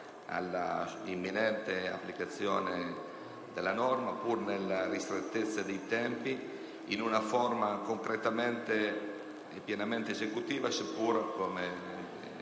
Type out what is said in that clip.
all'imminente applicazione della norma, pur nella ristrettezza dei tempi, in una forma concretamente e pienamente esecutiva, seppur